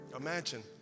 Imagine